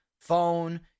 Phone